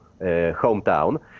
hometown